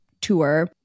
tour